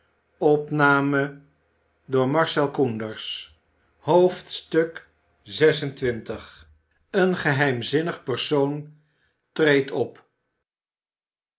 xxvi een geheimzinnig persoon treedt op